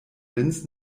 linz